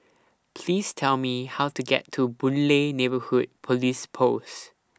Please Tell Me How to get to Boon Lay Neighbourhood Police Post